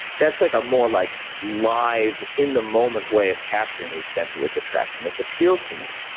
that's like a more like live in the moment way of capturing the extent to which attractiveness appeals to me.